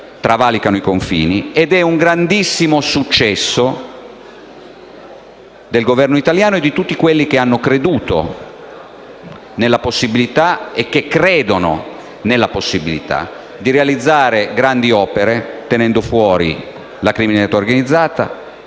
travalica i confini. È anche un grandissimo successo del Governo italiano e di tutti quelli che hanno creduto e che credono nella possibilità di realizzare grandi opere tenendo fuori la criminalità organizzata